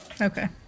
Okay